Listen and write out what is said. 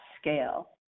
scale